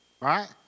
right